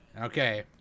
Okay